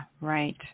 Right